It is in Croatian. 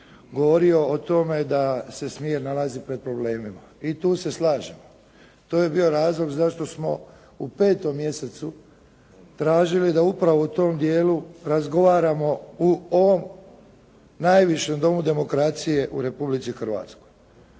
govorio o tome da se smije nalaziti pred problemima i tu se slažem. To je bio razlog zašto smo u petom mjesecu tražili da upravo u tom dijelu razgovaramo u ovom najvišem Domu demokracije u Republici Hrvatskoj.